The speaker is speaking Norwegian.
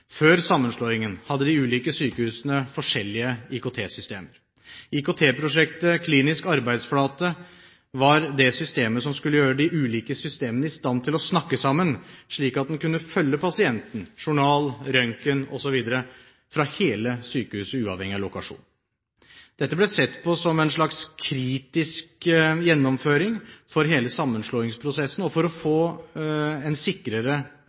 Før sammenslåingen hadde de ulike sykehusene forskjellige IKT-systemer. IKT-prosjektet Klinisk arbeidsflate var det systemet som skulle gjøre de ulike systemene i stand til å «snakke sammen», slik at en kunne følge pasienten, journal, røntgen osv., fra hele sykehuset – uavhengig av lokasjon. Dette ble sett på som kritisk for hele sammenslåingsprosessen og for å